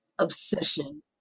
obsession